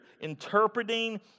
interpreting